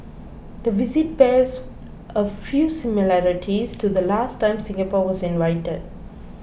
the visit bears a few similarities to the last time Singapore was invited